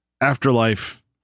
afterlife